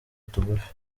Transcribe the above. tugufi